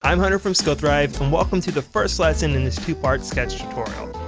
i'm hunter from skillthrive and welcome to the first lesson in this two-part sketch tutorial.